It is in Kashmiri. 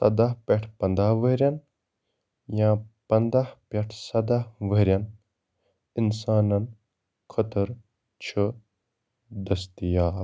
ژوداہ پٮ۪ٹھ پَنٛداہ ؤہریٚن یا پَنٛداہ پٮ۪ٹھ سَداہ ؤہریٚن اِنسانن خٲطرٕ چھُ دستیاب